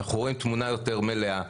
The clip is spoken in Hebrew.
אנחנו רואים תמונה יותר מלאה.